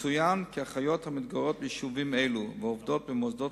יצוין כי אחיות המתגוררות ביישובים אלה ועובדות במוסדות